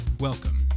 Welcome